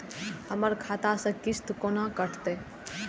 हमर खाता से किस्त कोना कटतै?